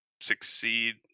succeed